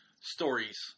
stories